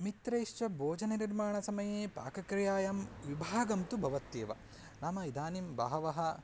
मित्रैश्च भोजननिर्माणसमये पाकक्रियायां विभागं तु भवत्येव नाम इदानीं बहवः